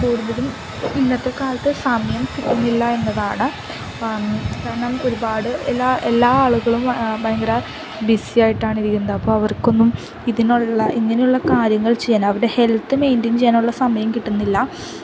കൂടുതലും ഇന്നത്തെ കാലത്ത് സമയം കിട്ടുന്നില്ല എന്നതാണ് കാരണം ഒരുപാട് എല്ലാ ആളുകളും ഭയങ്കര ബിസി ആയിട്ടാണിരിക്കുന്നത് അപ്പോള് അവർക്കൊന്നും ഇതിനുള്ള ഇങ്ങനെയുള്ള കാര്യങ്ങൾ ചെയ്യാൻ അവരുടെ ഹെൽത്ത് മെയിൻറ്റെൻ ചെയ്യാനുള്ള സമയം കിട്ടുന്നില്ല